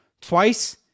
Twice